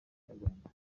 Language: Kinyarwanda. inyarwanda